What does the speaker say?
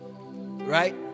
right